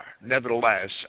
nevertheless